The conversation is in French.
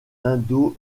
indo